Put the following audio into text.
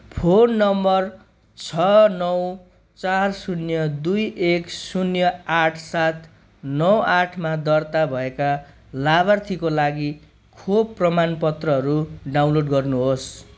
phone number छ नौ चार शून्य दुई एक शून्य आठ सात नौ आठमा दर्ता भएका लाभार्थीको लागि खोप प्रमाणपत्रहरू डाउनलोड गर्नुहोस्